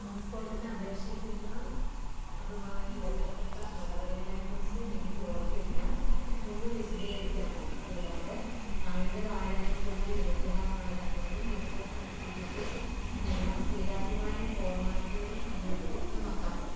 പാസ്പോർട്ടിന് അപേക്ഷിക്കുന്നതുമായി ബന്ധപ്പെട്ട നടപടികളെക്കുറിച്ച് എനിക്ക് ഉറപ്പില്ല ഒന്ന് വിശദീകരിക്കാമോ കൂടാതെ കായികതാരങ്ങൾക്കുള്ള യോഗ്യതാ മാനദണ്ഡങ്ങളും മെഡിക്കൽ സർട്ടിഫിക്കറ്റ്നുള്ള സ്വീകാര്യമായ ഫോർമാറ്റുകളും നിങ്ങൾക്ക് വ്യക്തമാക്കാമോ